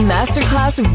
Masterclass